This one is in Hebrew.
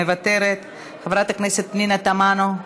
מוותרת, חברת הכנסת פנינה תמנו,